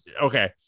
okay